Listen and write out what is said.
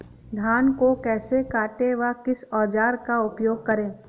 धान को कैसे काटे व किस औजार का उपयोग करें?